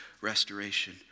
restoration